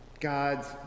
God's